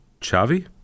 Chavi